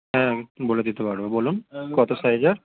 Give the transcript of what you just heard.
হ্যাঁ বলে দিতে পারব বলুন কতো সাইজের